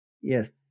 Yes